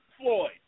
Floyd